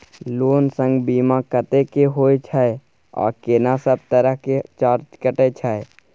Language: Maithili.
लोन संग बीमा कत्ते के होय छै आ केना सब तरह के चार्ज कटै छै?